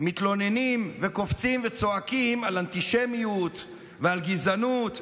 מתלוננים וקופצים וצועקים על אנטישמיות ועל גזענות.